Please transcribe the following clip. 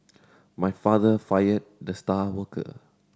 my father fired the star worker